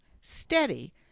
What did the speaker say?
steady